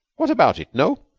what about it, no?